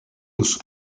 uso